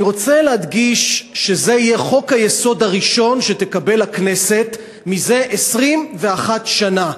אני רוצה להדגיש שזה יהיה חוק-היסוד הראשון שתקבל הכנסת מזה 21 שנה.